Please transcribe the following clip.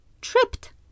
tripped